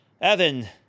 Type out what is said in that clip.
evan